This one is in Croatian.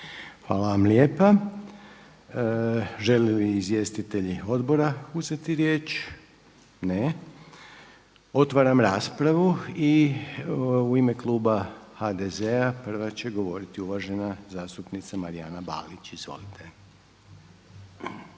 Hvala lijepa. Žele li izvjestitelji odbora uzeti riječ? Ne. Otvaram raspravu. I u ime Kluba HDZ-a prva će govoriti uvažena zastupnica Marijana Balić. Izvolite.